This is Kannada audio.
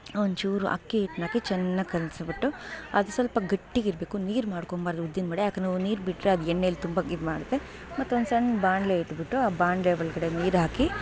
ಒಂದ್ಚೂರು ಅಕ್ಕಿ ಹಿಟ್ನಾಕಿ ಚೆನ್ನಾಗಿ ಕಲ್ಸ್ಬಿಟ್ಟು ಅದು ಸ್ವಲ್ಪ ಗಟ್ಟಿಗಿರಬೇಕು ನೀರು ಮಾಡ್ಕೊಬಾರ್ದು ಉದ್ದಿನವಡೆ ಯಾಕಂದರೆ ನೀರ್ಬಿಟ್ರೆ ಅದು ಎಣ್ಣೆಲಿ ತುಂಬ ಇದು ಮಾಡುತ್ತೆ ಮತ್ತೊಂದು ಸಣ್ಣ ಬಾಣಲೆ ಇಟ್ಬಿಟ್ಟು ಆ ಬಾಣಲೆ ಒಳಗಡೆ ನೀರಾಕಿ